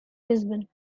lisbon